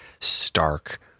stark